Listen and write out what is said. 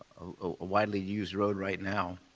ah widely-used road right now.